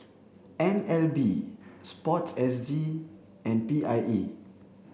N L B sports S G and P I E